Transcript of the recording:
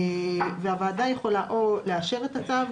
והוועדה יכולה או לאשר את הצו,